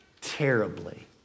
terribly